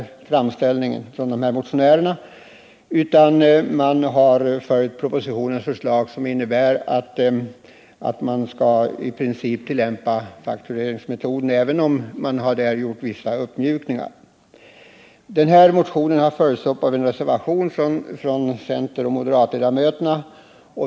Utskottet har dock inte velat tillstyrka motionärernas framställning utan har följt propositionen, vilket innebär att faktureringsmetoden i princip skall tillämpas, även om det har skett vissa uppmjukningar. Motionen har följts upp med en reservation från centeroch moderatledmöterna.